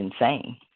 insane